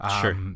Sure